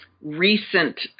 recent